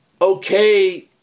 okay